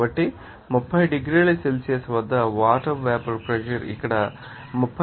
కాబట్టి 30 డిగ్రీల సెల్సియస్ వద్ద వాటర్ వేపర్ ప్రెషర్ ఇక్కడ 31